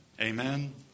Amen